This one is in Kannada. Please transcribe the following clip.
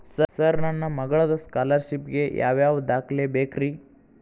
ಸರ್ ನನ್ನ ಮಗ್ಳದ ಸ್ಕಾಲರ್ಷಿಪ್ ಗೇ ಯಾವ್ ಯಾವ ದಾಖಲೆ ಬೇಕ್ರಿ?